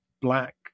Black